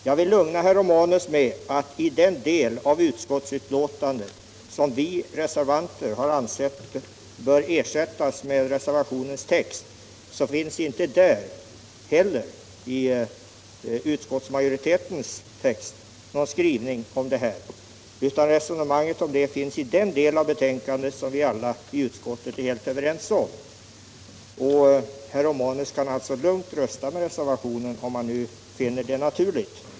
Jag vill lugna herr Romanus med att det inte heller i den del av utskottsbetänkandet som vi reservanter anser bör ersättas med reservationens text finns någon skrivning om detta. Resonemanget härom finns i den del av betänkandet som vi alla i utskottet är överens om. Herr Romanus kan alltså lugnt rösta för reservationen, om han finner det naturligt.